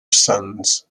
sons